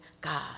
god